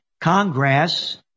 Congress